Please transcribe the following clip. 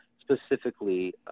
specifically